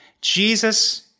Jesus